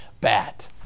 bat